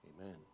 amen